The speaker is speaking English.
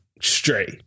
straight